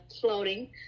floating